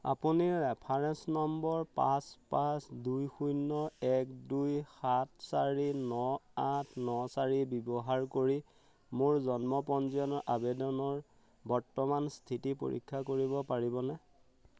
আপুনি reference number পাঁচ পাঁচ দুই শূন্য এক দুই সাত চাৰি ন আঠ ন চাৰি ব্যৱহাৰ কৰি মোৰ জন্ম পঞ্জীয়ন আবেদনৰ বৰ্তমানৰ স্থিতি পৰীক্ষা কৰিব পাৰিবনে